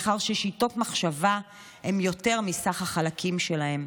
מאחר ששיטות מחשבה הן יותר מסך החלקים שלהן.